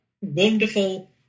wonderful